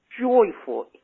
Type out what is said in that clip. joyful